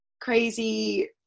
crazy